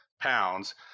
pounds